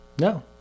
No